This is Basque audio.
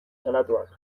salatuak